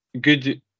good